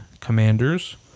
Commanders